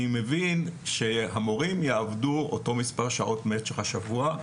אני מבין שהמורים יעבדו אותו מספר שעות במשך השבוע,